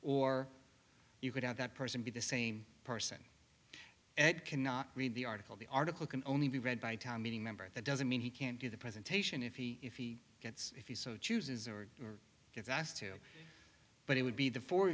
or you could have that person be the same person and cannot read the article the article can only be read by a town meeting member that doesn't mean he can't do the presentation if he if he gets if he so chooses or or gets asked to but it would be the four